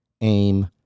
aim